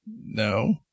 No